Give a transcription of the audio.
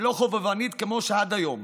ולא חובבנית כמו שעד היום.